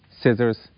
scissors